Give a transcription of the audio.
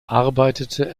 arbeitete